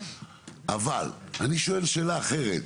אבל אני שואל שאלה אחרת,